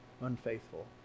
unfaithful